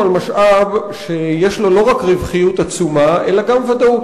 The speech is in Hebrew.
על משאב שיש לו לא רק רווחיות עצומה אלא גם ודאות.